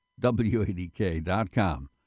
WADK.com